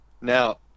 Now